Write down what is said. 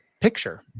picture